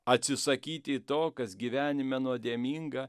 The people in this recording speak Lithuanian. atsisakyti to kas gyvenime nuodėminga